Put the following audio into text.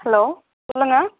hello சொல்லுங்கள்